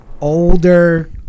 older